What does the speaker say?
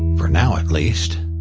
for now at least.